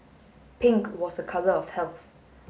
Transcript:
pink was a colour of health